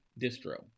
distro